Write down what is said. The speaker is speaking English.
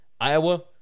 Iowa